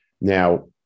Now